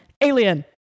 alien